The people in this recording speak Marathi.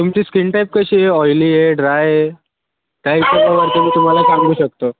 तुमची स्किन टाइप कशी आहे ऑईली आहे ड्राय आहे टाइपनुसार मी तुम्हाला सांगू शकतो